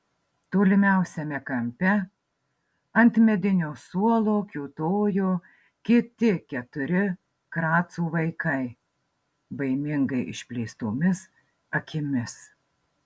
tolimiausiame kampe ant medinio suolo kiūtojo kiti keturi kracų vaikai baimingai išplėstomis akimis